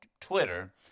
Twitter